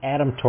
Adam